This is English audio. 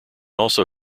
also